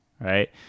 right